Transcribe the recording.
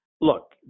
Look